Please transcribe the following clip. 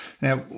Now